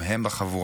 גם הם בחבורה,